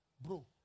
Bro